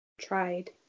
tried